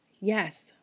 Yes